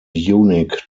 unique